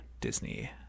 Disney